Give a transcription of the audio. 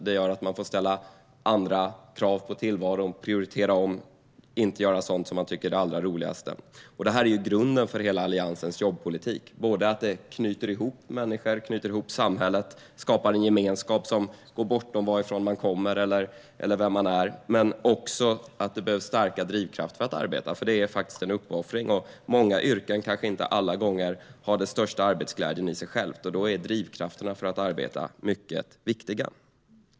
Det gör att man kan behöva ställa andra krav på tillvaron, prioritera om och inte göra det som är roligast. Detta är grunden för hela Alliansens jobbpolitik. Den ska knyta ihop människor och samhälle, skapa en gemenskap som går bortom varifrån man kommer eller vem man är samt ge starka drivkrafter att arbeta. Det är faktiskt en uppoffring. Många yrken har inte alla gånger den största arbetsglädjen i sig själv. Då är drivkrafterna för att arbeta mycket viktiga.